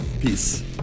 peace